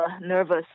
nervous